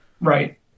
right